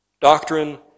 doctrine